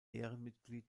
ehrenmitglied